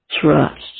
trust